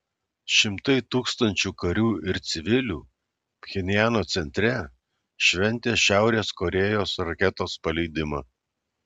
šimtai tūkstančių karių ir civilių pchenjano centre šventė šiaurės korėjos raketos paleidimą